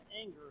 anger